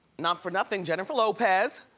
not for nothing, jennifer lopez.